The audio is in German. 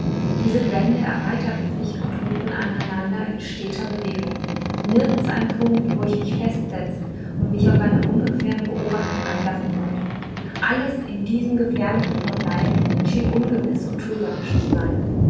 diese wände erweiterten sich und rückten aneinander in steter bewegung nirgends ein punkt wo ich mich festsetzen und mich auf ungefähre beobachtungen einlassen konnte alles in diesem gefährlichen verbleib schien ungewiß und trügerisch zu sein